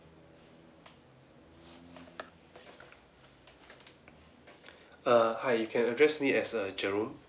err hi you can address me as err jerome